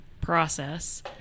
process